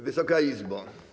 Wysoka Izbo!